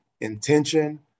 intention